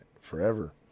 forever